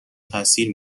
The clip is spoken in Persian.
تاثیر